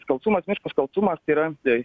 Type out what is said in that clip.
skalsumas miško skalsumas tai yra tai